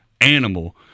animal